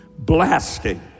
Blasting